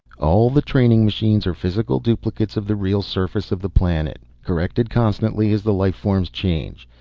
all the training machines are physical duplicates of the real surface of the planet, corrected constantly as the life forms change.